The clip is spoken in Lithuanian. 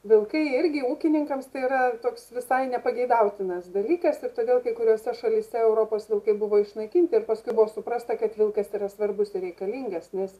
vilkai irgi ūkininkams tai yra toks visai nepageidautinas dalykas ir todėl kai kuriose šalyse europos vilkai buvo išnaikinti ir paskui buvo suprasta kad vilkas yra svarbus reikalingas nes